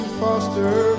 foster